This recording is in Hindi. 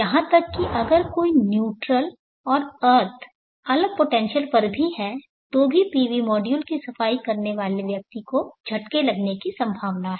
यहां तक कि अगर एक न्यूट्रल और अर्थ अलग पोटेंशियल पर है तो पीवी मॉड्यूल की सफाई करने वाले व्यक्ति के लिए झटके की संभावना है